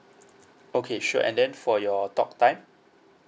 okay sure and then for your talk time